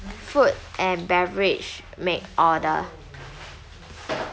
food and beverage make order